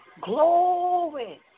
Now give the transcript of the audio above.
glory